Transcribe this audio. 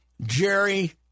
Jerry